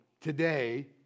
today